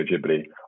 Ghibli